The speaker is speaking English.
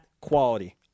quality